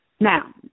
Now